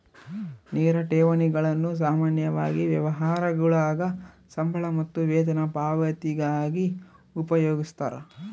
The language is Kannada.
ನೇರ ಠೇವಣಿಗಳನ್ನು ಸಾಮಾನ್ಯವಾಗಿ ವ್ಯವಹಾರಗುಳಾಗ ಸಂಬಳ ಮತ್ತು ವೇತನ ಪಾವತಿಗಾಗಿ ಉಪಯೋಗಿಸ್ತರ